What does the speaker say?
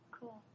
Cool